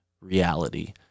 reality